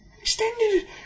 Extended